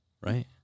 Right